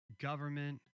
government